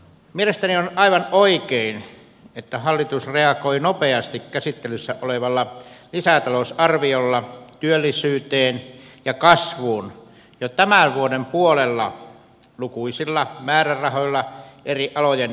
mielestäni on aivan oikein että hallitus reagoi nopeasti käsittelyssä olevalla lisätalousarviolla työllisyyteen ja kasvuun jo tämän vuoden puolella lukuisilla määrärahoilla eri alojen kipupisteisiin